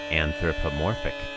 anthropomorphic